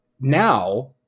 now